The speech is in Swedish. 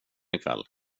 ikväll